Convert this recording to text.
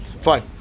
fine